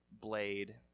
blade